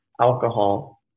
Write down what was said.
alcohol